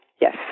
Yes